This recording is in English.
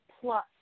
plus